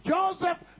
Joseph